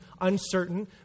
uncertain